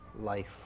life